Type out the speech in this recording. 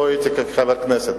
לא הייתי כאן חבר כנסת.